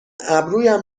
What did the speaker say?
ابرویم